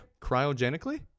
cryogenically